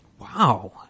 Wow